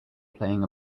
playing